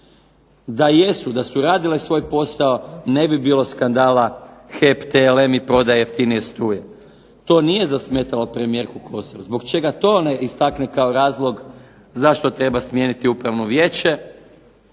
da su radile svoj posao ne bi bilo skandala HEP-TLM i prodaje jeftinije struje. To nije zasmetalo premijerku Kosor. Zbog čega to ne istakne kao razlog zašto treba smijeniti Upravno vijeće?